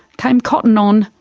came cotton on,